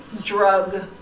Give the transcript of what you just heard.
drug